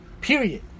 Period